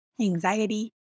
anxiety